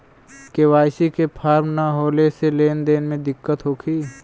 KYC के form न होले से लेन देन में दिक्कत होखी?